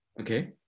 Okay